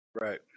Right